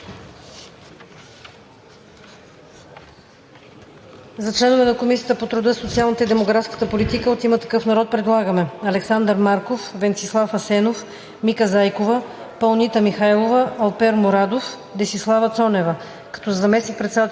За членове на Комисията по труда, социалната и демографската политика от „Има такъв народ“ предлагаме: Александър Марков, Венцислав Асенов, Мика Зайкова, Паунита Михайлова, Алпер Мурадов, Десислава Цонева,